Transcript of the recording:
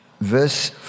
verse